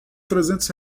trezentos